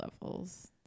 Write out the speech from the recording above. levels